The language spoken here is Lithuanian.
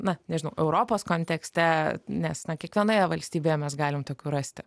na nežinau europos kontekste nes kiekvienoje valstybėje mes galim tokių rasti